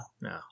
No